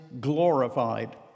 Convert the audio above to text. glorified